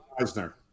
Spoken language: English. Eisner